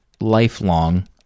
lifelong